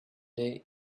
day